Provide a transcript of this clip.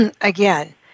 again